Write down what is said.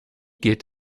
geht